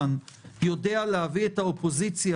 אני יכול להגיד לך שמבחינת דגל התורה,